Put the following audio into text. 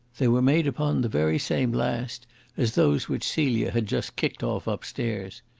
they were made upon the very same last as those which celia had just kicked off upstairs.